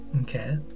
okay